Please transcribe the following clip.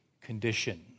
condition